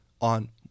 on